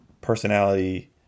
personality